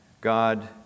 God